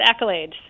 accolades